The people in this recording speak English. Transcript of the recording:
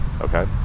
Okay